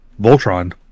Voltron